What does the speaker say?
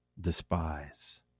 despise